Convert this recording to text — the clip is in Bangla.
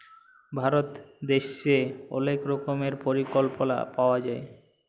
ভারত দ্যাশে অলেক রকমের পরিকল্পলা পাওয়া যায়